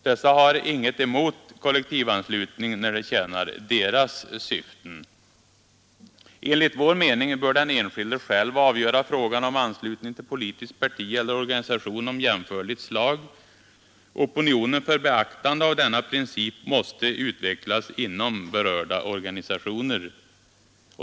Dessa har inget emot kollektivanslutning när det tjänar deras syften. Enligt vår mening bör den enskilde själv avgöra frågan om anslutning till politiskt parti eller organisation av jämförligt slag. Opinionen för beaktande av denna princip måste utvecklas inom berörda organisationer.